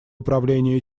управление